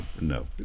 no